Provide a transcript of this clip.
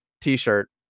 t-shirt